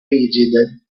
rigide